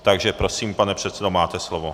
Takže prosím, pane předsedo, máte slovo.